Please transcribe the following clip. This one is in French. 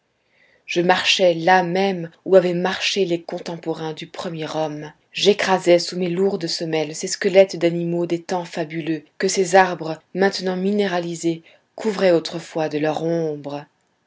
je marchais là même où avaient marché les contemporains du premier homme j'écrasais sous mes lourdes semelles ces squelettes d'animaux des temps fabuleux que ces arbres maintenant minéralisés couvraient autrefois de leur ombre